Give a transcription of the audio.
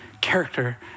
Character